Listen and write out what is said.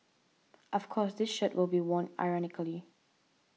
of course this shirt will be worn ironically